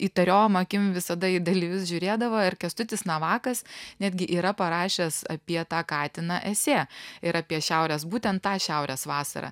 įtariom akim visada į dalyvius žiūrėdavo ir kęstutis navakas netgi yra parašęs apie tą katiną esė ir apie šiaurės būtent tą šiaurės vasarą